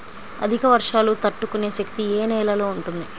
అధిక వర్షాలు తట్టుకునే శక్తి ఏ నేలలో ఉంటుంది?